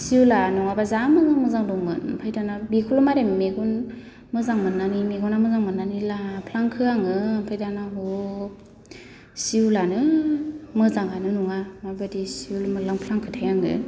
सि उला नङाबा जा मोजां मोजां दंमोन ओमफ्राय दाना बिखौल' मारै मेगन मोजां मोन्नानै मेगना मोजां मोन्नानै लाफ्लांखो आङो ओमफ्राय दाना ह' सि उलानो मोजाङानो नङा माबायदि सि उल मोनलांफ्लांखोथाय आङो